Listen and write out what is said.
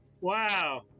Wow